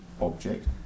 object